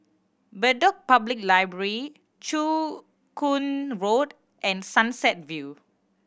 Bedok Public Library Joo Koon Road and Sunset View